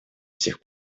всех